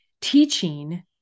teaching